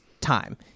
time